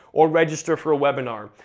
or register for a webinar.